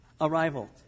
arrival